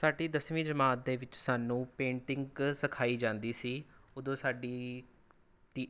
ਸਾਡੀ ਦਸਵੀਂ ਜਮਾਤ ਦੇ ਵਿੱਚ ਸਾਨੂੰ ਪੇਂਟਿੰਗ ਸਿਖਾਈ ਜਾਂਦੀ ਸੀ ਉਦੋਂ ਸਾਡੀ ਦੀ